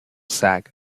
sag